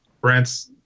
Brant's